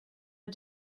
are